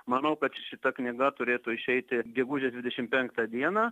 manau kad šita knyga turėtų išeiti gegužės dvidešimt penktą dieną